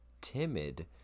timid